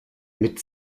mit